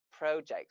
projects